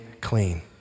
clean